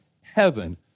heaven